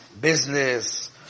Business